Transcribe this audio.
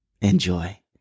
Enjoy